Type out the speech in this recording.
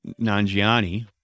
Nanjiani